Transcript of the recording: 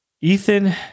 Ethan